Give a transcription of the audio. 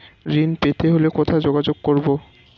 ঋণ পেতে হলে কোথায় যোগাযোগ করব?